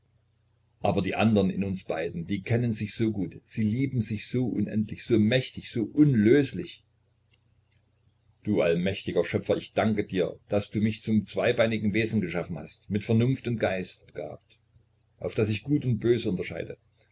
aber die andern in uns beiden die kennen sich so gut sie lieben sich so unendlich so mächtig so unlöslich du allmächtiger schöpfer ich danke dir daß du mich zum zweibeinigen wesen geschaffen hast mit vernunft und geist begabt auf daß ich gut und böse unterscheide